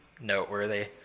noteworthy